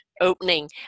opening